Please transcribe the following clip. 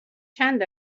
چند